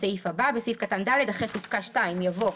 "(ב)בסעיף קטן (ד), אחרי פסקה (2) יבוא: